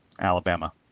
Alabama